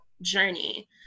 journey